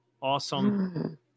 awesome